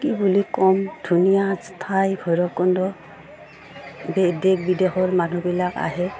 কি বুলি ক'ম ধুনীয়া ঠাই ভৈৰৱকুণ্ড দেশ বিদেশৰ মানুহবিলাক আহে